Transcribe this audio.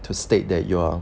to state that you are